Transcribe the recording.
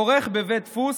כורך בבית דפוס,